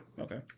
Okay